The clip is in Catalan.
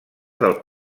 del